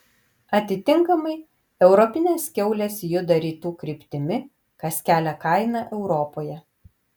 atitinkamai europinės kiaulės juda rytų kryptimi kas kelia kainą europoje